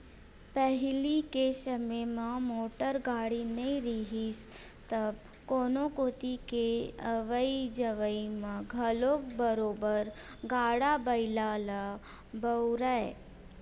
पहिली के समे म मोटर गाड़ी नइ रिहिस तब कोनो कोती के अवई जवई म घलो बरोबर गाड़ा बइला ल बउरय